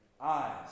Eyes